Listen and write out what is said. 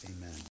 amen